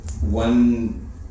one